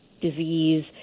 disease